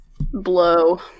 Blow